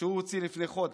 שהוא הוציא לפני חודש.